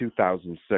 2006